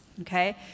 okay